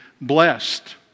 blessed